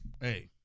hey